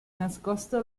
nascosto